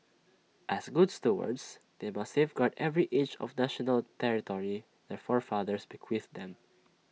as good stewards they must safeguard every inch of national territory their forefathers bequeathed them